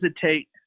hesitate